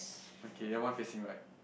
okay then one facing right